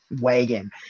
wagon